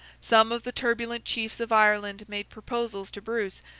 some of the turbulent chiefs of ireland made proposals to bruce,